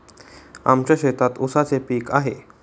आमच्या शेतात ऊसाचे पीक आहे